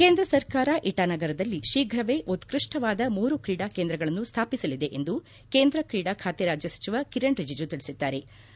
ಕೇಂದ್ರ ಸರ್ಕಾರ ಇಟಾನಗರದಲ್ಲಿ ಶೀಘವೇ ಉತ್ಪಷ್ಟವಾದ ಮೂರು ಕ್ರೀಡಾ ಕೇಂದ್ರಗಳನ್ನು ಸ್ವಾಪಿಸಲಿದೆ ಎಂದು ಕೇಂದ್ರ ಕ್ರೀಡಾ ಖಾತೆ ರಾಜ್ಯ ಸಚಿವ ಕಿರಣ್ ರಿಜಿಜು ತಿಳಿಸಿದ್ಗಾರೆ